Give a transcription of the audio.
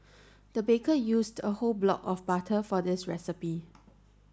the baker used a whole block of butter for this recipe